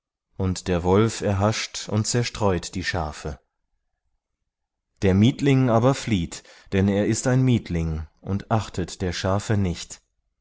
und der wolf erhascht und zerstreut die schafe der mietling aber flieht denn er ist ein mietling und achtet der schafe nicht